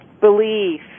belief